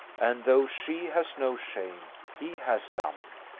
and though she has no shame, he has some.